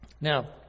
Now